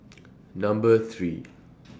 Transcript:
Number three